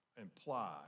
imply